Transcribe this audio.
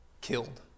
killed